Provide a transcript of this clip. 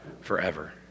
forever